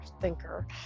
thinker